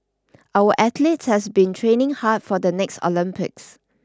our athletes have been training hard for the next Olympics